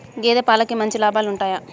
గేదే పాలకి మంచి లాభాలు ఉంటయా?